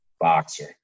boxer